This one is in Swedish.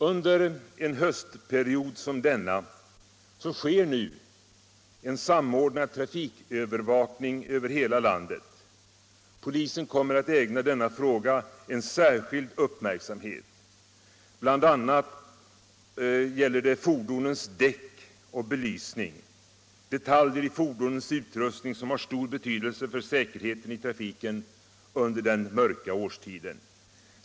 Under en höstperiod som denna sker en samordnad trafikövervakning över hela landet. Polisen kommer att ägna särskild uppmärksamhet åt bl.a. fordonens däck och belysning — detaljer i fordonens utrustning som har stor betydelse för säkerheten i trafiken under den mörka årstiden.